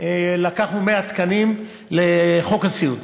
לקחנו 100 תקנים, לחוק הסיעוד.